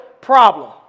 problem